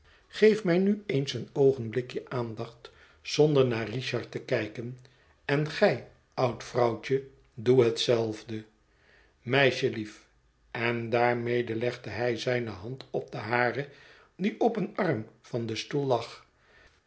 geef mij nu eens een oogenblikje aandacht zonder naar richard te kijken en gij oud vrouwtje doe hetzelfde meisjelief en daarmede legde hij zijne hand op de hare die op een arm van den stoel